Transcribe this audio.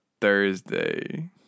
Thursday